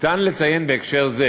אפשר לציין בהקשר זה